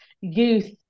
youth